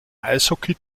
eishockey